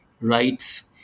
rights